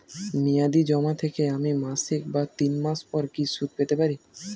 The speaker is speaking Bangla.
মেয়াদী জমা থেকে আমি মাসিক বা তিন মাস পর কি সুদ পেতে পারি?